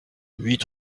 huit